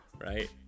Right